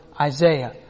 Isaiah